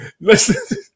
listen